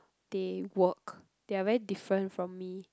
they work they're very different from me